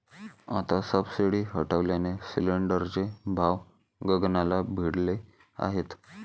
आता सबसिडी हटवल्याने सिलिंडरचे भाव गगनाला भिडले आहेत